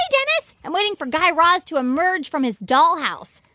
ah dennis. i'm waiting for guy raz to emerge from his dollhouse.